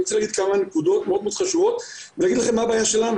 אני רוצה להגיד כמה נקודות מאוד חשובות ולהגיד לכם מה הבעיה שלנו,